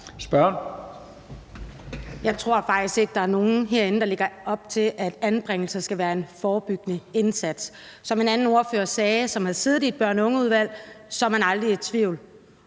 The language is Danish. Jeg tror faktisk ikke, der er nogen herinde, der lægger op til, at anbringelser skal være en forebyggende indsats. Som en anden ordfører sagde, som har siddet i et børn og unge-udvalg, er man aldrig i tvivl.